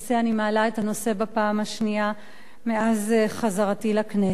אני מעלה את הנושא בפעם השנייה מאז חזרתי לכנסת.